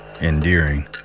endearing